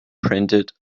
printed